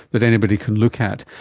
that anybody can look at.